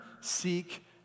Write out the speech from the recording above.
seek